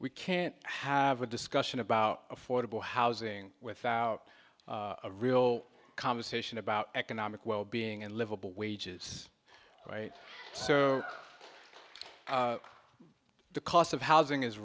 we can't have a discussion about affordable housing without a real conversation about economic well being and livable wages right so the cost of housing is